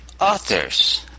author's